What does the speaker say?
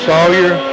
Sawyer